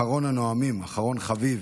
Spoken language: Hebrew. אחרון הנואמים, אחרון חביב,